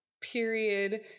period